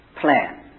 plan